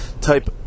type